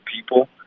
people